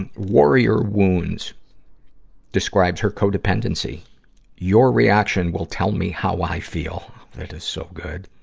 and warrior wounds describes her co-dependency your reaction will tell me how i feel. that is so good.